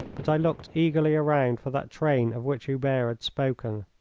but i looked eagerly around for that train of which hubert had spoken.